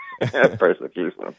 Persecution